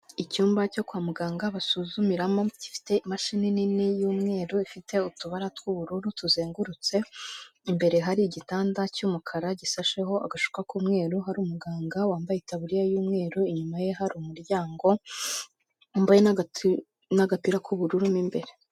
Icyumba cyo kwa muganga basuzumiramo gifite imashini nini y'umweru ifite utubara tw'ubururu tuzengurutse, imbere hari igitanda cy'umukara gisasheho agashuka k'umweru, hari umuganga wambaye Itabuririya y'umweru inyuma ye hari umuryango, wambaye n'aga n'agapira k'ubururu mo imbere.